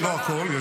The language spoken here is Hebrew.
לא הכול.